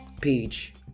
page